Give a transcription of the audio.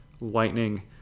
lightning